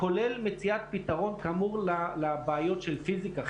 כולל מציאת פתרון כאמור לבעיות של פיזיקה,